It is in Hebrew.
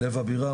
לב הבירה,